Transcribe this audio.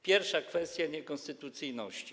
Pierwsza kwestia: niekonstytucyjność.